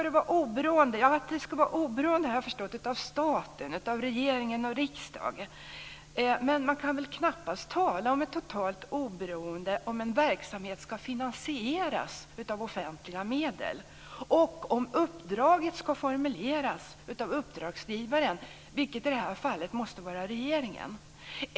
Jag har förstått att det ska vara oberoende av staten, av regeringen och riksdagen. Men man kan väl knappast tala om ett totalt oberoende om en verksamhet ska finansieras av offentliga medel, och om uppdraget ska formuleras av uppdragsgivaren - som i det här fallet måste vara regeringen.